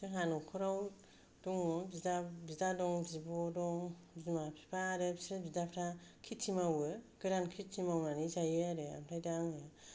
जोंहा न'खराव दङ बिदा बिदा दं बिब' दं बिमा बिफा आरो बिसोर बिदाफोरा खेथि मावो बिसोर गोरान खेथि मावनानै जायो आरो ओमफ्राय दा आङो